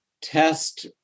test